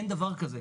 אין דבר כזה.